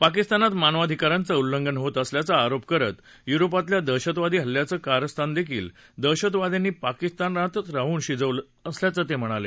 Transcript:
पाकिस्तानात मानवाधिकारांचं उल्लंघन होत असल्याचा आरोप करत युरोपातल्या दहशतवादी हल्ल्यांचं कारस्थानदेखील दहशतवाद्यांनी पाकिस्तानात राहूनच शिजवलं असल्याचंही ते म्हणाले